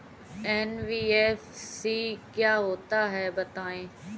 NBFC क्या होता है बताएँ?